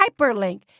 hyperlink